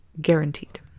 guaranteed